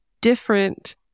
different